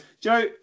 Joe